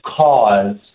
cause